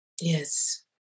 Yes